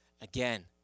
again